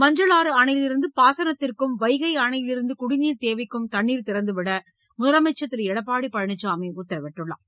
மஞ்சளாற்றில் இருந்து பாசனத்திற்கும் வைகை அணையிலிருந்து குடிநீர் தேவைக்கும் தண்ணீர் திறந்து விட முதலமைச்சர் திரு எடப்பாடி பழனிசாமி உத்தரவிட்டுள்ளார்